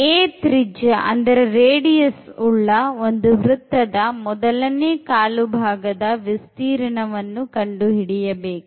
a ತ್ರಿಜ್ಯದ ಒಂದು ವೃತ್ತದ ಮೊದಲನೇ ಕಾಲುಭಾಗದ ವಿಸ್ತೀರ್ಣವನ್ನು ಕಂಡು ಹಿಡಿಯಬೇಕು